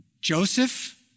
Joseph